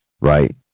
right